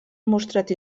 mostrat